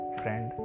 friend